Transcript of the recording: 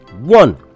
One